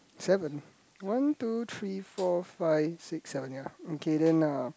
seven one two three four five six seven ya okay then uh